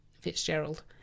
Fitzgerald